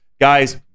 Guys